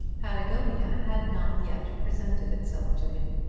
patagonia had not yet presented itself to him.